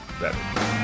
better